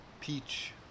peach